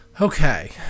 Okay